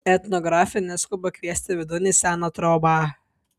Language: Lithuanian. etnografė neskuba kviesti vidun į seną trobą